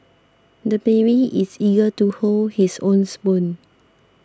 the baby is eager to hold his own spoon